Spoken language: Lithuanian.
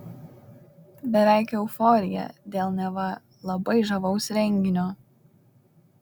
beveik euforija dėl neva labai žavaus renginio